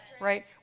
Right